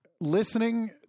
Listening